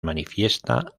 manifiesta